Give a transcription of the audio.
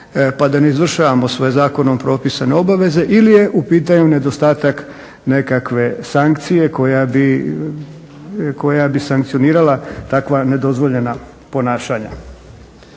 pa da ne izvršavamo svoje zakonom propisane obaveze ili je u pitanju nedostatak nekakve sankcije koja bi sankcionirala takva nedozvoljena ponašanja.